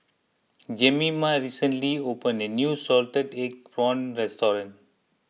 Jemima recently opened a new Salted Egg Prawns Restaurant